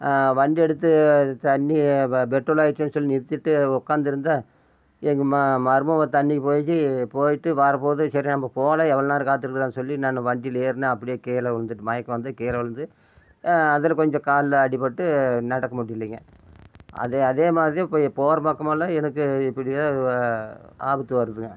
வண்டி எடுத்து தண்ணி பெ பெட்ரோலு ஆயிடுச்சேன்னு சொல்லி நிறுத்திவிட்டு உக்காந்திருந்தேன் எங்கள் ம மருமவள் தண்ணிக்கு போய் போயிட்டு வரபோது சரி நம்ப போகலாம் எவ்வளோ நேரம் காத்திருக்குறதுன்னு சொல்லி நான் வண்டியில் ஏறினேன் அப்படியே கீழே உழுந்துட்டு மயக்கம் வந்து கீழே உழுந்து அதில் கொஞ்சம் காலில் அடிப்பட்டு நடக்கமுடியலைங்க அதே அதேமாதிரி இப்போ போகிற பக்கமெல்லாம் எனக்கு இப்படித்தான் வ ஆபத்து வருதுங்க